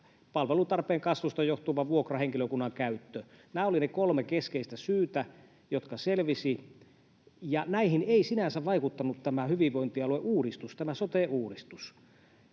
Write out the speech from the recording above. palvelutarpeen kasvusta johtuva vuokrahenkilökunnan käyttö. Nämä olivat ne kolme keskeistä syytä, jotka selvisivät, ja näihin ei sinänsä vaikuttanut tämä hyvinvointialueuudistus, sote-uudistus.